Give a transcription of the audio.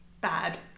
bad